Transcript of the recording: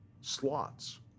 slots